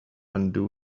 undo